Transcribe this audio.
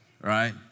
Right